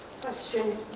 Question